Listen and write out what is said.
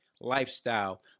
lifestyle